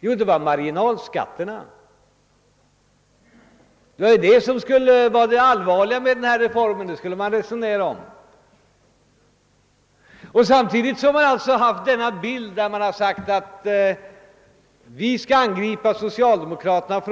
Jo, marginalskatterna som var det allvarliga i reformen och som därför måste diskuteras. Samtidigt som det framhållits, att socialdemokraterna skall